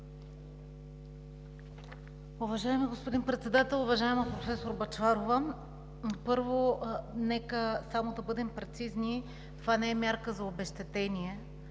Уважаеми господин Председател! Уважаема професор Бъчварова, първо, нека само да бъдем прецизни – това не е мярка за обезщетение,